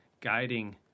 guiding